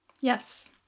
Yes